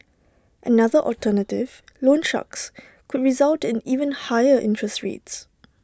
another alternative loan sharks could result in even higher interest rates